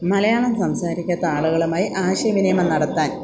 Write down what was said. മലയാളം സംസാരിക്കാത്ത ആളുകളുമായി ആശയവിനിമയം നടത്താൻ